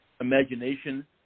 imagination